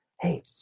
Hey